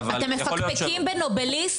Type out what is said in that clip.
אתם מפקפקים בנובליסט?